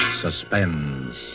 Suspense